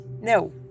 No